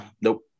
nope